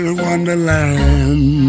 wonderland